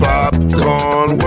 Popcorn